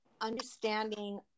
understanding